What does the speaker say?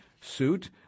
suit